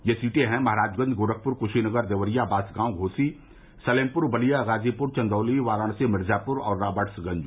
ये सीटें हैं महराजगंज गोरखपुर क्शीनगर देवरिया बांसगांव घोसी सलेमपुर बलिया गाजीपुर चन्दौली वाराणसी मिर्जापुर और रावर्ट्सगंज